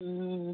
हं